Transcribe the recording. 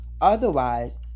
otherwise